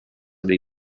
dei